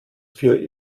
für